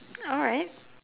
alright